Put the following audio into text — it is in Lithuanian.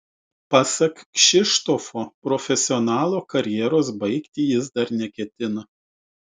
pasak kšištofo profesionalo karjeros baigti jis dar neketina